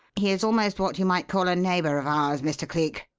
he is almost what you might call a neighbour of ours, mr. cleek.